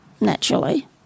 naturally